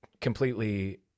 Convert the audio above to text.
completely